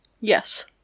Yes